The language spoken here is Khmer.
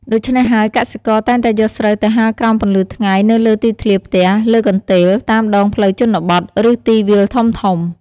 ដូច្នេះហើយ កសិករតែងតែយកស្រូវទៅហាលក្រោមពន្លឺថ្ងៃនៅលើទីធ្លាផ្ទះ លើកន្ទេល តាមដងផ្លូវជនបទ ឬទីវាលធំៗ។